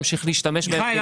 אימאן ח'טיב יאסין (רע"מ הרשימה